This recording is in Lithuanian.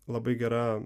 labai gera